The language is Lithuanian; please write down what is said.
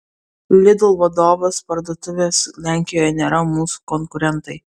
lidl vadovas parduotuvės lenkijoje nėra mūsų konkurentai